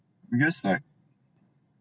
because like